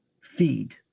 feed